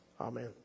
Amen